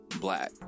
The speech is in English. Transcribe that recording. black